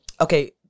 okay